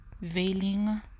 Veiling